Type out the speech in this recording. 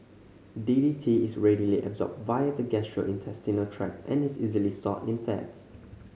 D D T is readily absorbed via the gastrointestinal tract and is easily stored in fats